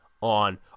on